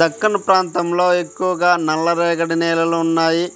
దక్కన్ ప్రాంతంలో ఎక్కువగా నల్లరేగడి నేలలు ఉన్నాయి,